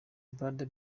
brother